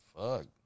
Fuck